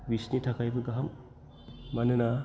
बिसोरनि थाखायबो गाहाम मानोना